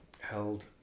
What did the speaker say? held